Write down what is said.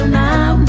now